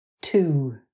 Two